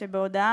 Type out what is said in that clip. שבהודעה,